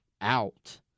out